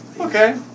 Okay